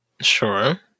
Sure